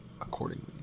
accordingly